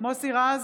מוסי רז,